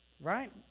right